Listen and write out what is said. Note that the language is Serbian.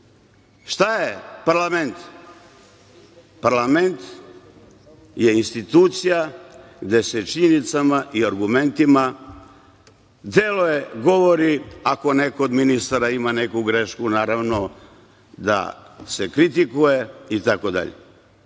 je parlament? Parlament je institucija gde se činjenicama i argumentima deluje, govori, ako neko od ministara ima neku grešku, naravno, da se kritikuje itd.